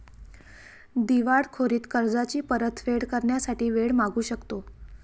दिवाळखोरीत कर्जाची परतफेड करण्यासाठी वेळ मागू शकतो